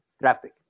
traffic